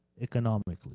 economically